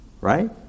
right